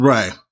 Right